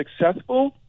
successful